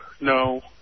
no